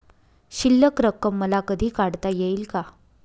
शिल्लक रक्कम मला कधी काढता येईल का?